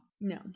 No